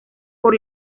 por